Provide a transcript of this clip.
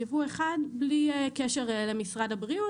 ייבוא אחד בלי קשר למשרד הבריאות.